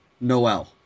Noel